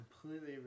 completely